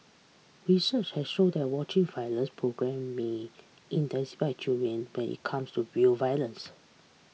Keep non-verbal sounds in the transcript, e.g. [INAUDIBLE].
research has shown that watching violent programme may [UNINTELLIGIBLE] children when it comes to real violence